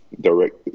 direct